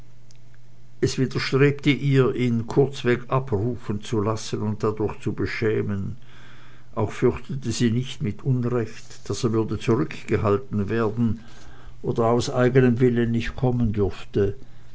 es widerstrebte ihr ihn kurzweg abrufen zu lassen und dadurch zu beschämen auch fürchtete sie nicht mit unrecht daß er würde zurückgehalten werden oder aus eigenem willen nicht kommen dürfte